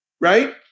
right